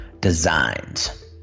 Designs